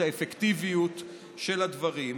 את האפקטיביות של הדברים,